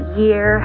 year